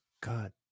God